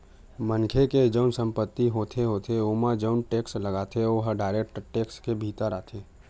मनखे के जउन संपत्ति होथे होथे ओमा जउन टेक्स लगथे ओहा डायरेक्ट टेक्स के भीतर आथे